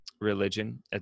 religion